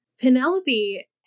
Penelope